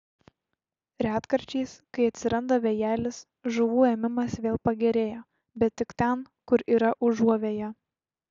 retkarčiais kai atsiranda vėjelis žuvų ėmimas vėl pagerėja bet tik ten kur yra užuovėja